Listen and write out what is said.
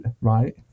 right